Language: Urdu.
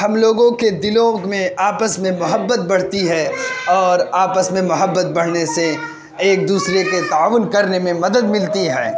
ہم لوگوں کے دلوں میں آپس میں محبت بڑھتی ہے اور آپس میں محبت بڑھنے سے ایک دوسرے کے تعاون کرنے میں مدد ملتی ہے